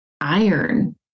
iron